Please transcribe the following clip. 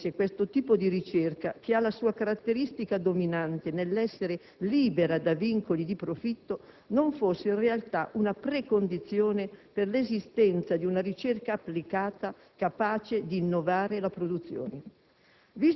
come se questo tipo di ricerca, che ha la sua caratteristica dominante nell'essere libera da vincoli di profitto, non fosse in realtà una precondizione per l'esistenza di una ricerca applicata, capace di innovare la produzione.